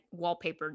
wallpapered